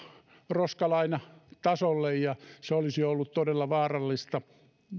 roskalainatasolle ja se olisi ollut todella vaarallista